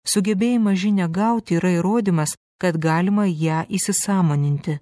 sugebėjimas žinią gauti yra įrodymas kad galima ją įsisąmoninti